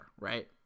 right